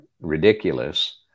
ridiculous